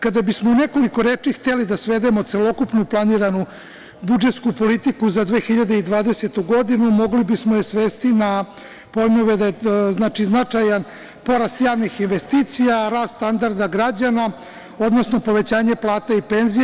Kada bismo u nekoliko reči hteli da svedemo celokupnu planiranu budžetsku politiku za 2020. godinu, mogli bismo je svesti na pojmove, znači značajan porast investicija, rast standarda građana, odnosno povećanje plata i penzije.